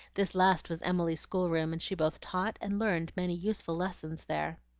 this last was emily's schoolroom, and she both taught and learned many useful lessons there.